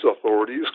authorities